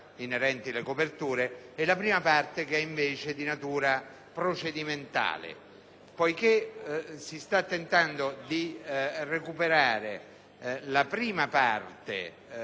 Poiché si sta tentando di recuperare la prima parte sul testo che diventerebbe vigente, quello del Governo,